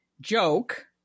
joke